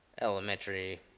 elementary